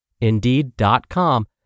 Indeed.com